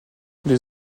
les